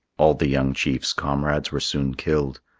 all the young chief's comrades were soon killed,